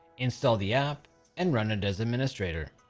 install the app and run it as administrator,